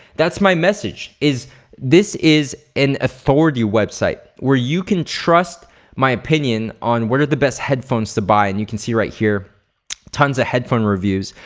that's my message is this is an authority website where you can trust my opinion on what are the best headphones to buy and you can see right here tons of ah headphone reviews.